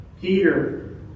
Peter